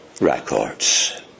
records